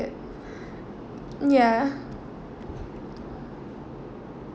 ya